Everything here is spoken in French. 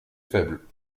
faible